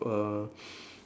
a